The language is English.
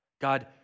God